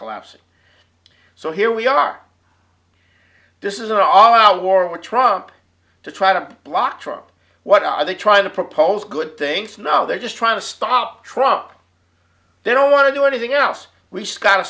collapsing so here we are this is an all out war were trumped up to try to block trump what are they trying to propose good things no they're just trying to stop trump they don't want to do anything else we scott